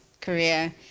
career